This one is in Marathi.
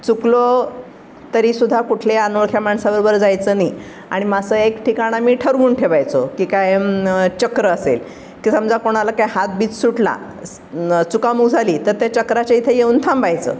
चुकलो तरीसुद्धा कुठल्या अनोळखी माणसाबरोबर जायचं नाही आणि मग असं एक ठिकाण आम्ही ठरवून ठेवायचो की काय चक्र असेल की समजा कोणाला काय हात बित सुटला चुकामूक झाली तर त्या चक्राच्या इथे येऊन थांबायचं